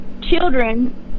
children